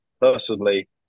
Personally